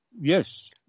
Yes